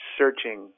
searching